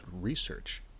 research